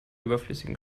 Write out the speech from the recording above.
überflüssigen